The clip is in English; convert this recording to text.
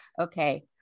okay